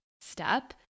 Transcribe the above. step